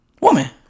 Woman